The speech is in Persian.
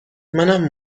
منم